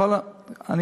לא יהיו פיטורים?